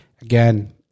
again